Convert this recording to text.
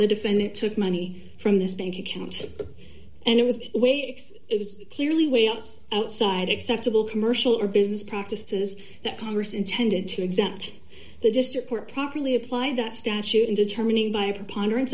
the defendant took money from this bank account and it was the way it was clearly way us outside acceptable commercial or business practices that congress intended to exempt the district court properly apply that statute in determining by a preponderance